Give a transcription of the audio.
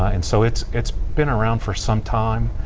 ah and so, it's it's been around for sometime.